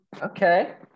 Okay